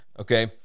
okay